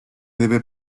debe